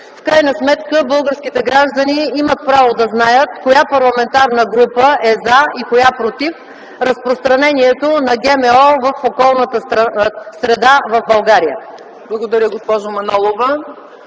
В крайна сметка българските граждани имат право да знаят коя парламентарна група е „за” и коя „против”, разпространението на ГМО в околната среда в България. ПРЕДСЕДАТЕЛ ЦЕЦКА